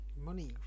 Money